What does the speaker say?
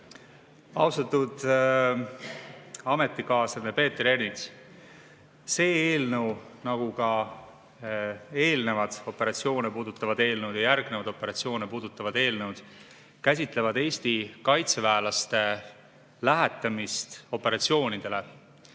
Austatud ametikaaslane Peeter Ernits! See eelnõu nagu ka eelnevad operatsioone puudutavad eelnõud ja järgnevad operatsioone puudutavad eelnõud käsitlevad Eesti kaitseväelaste lähetamist operatsioonidele,